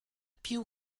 piú